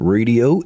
Radio